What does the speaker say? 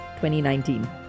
2019